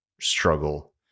struggle